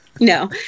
No